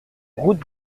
route